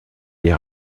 des